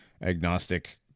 agnostic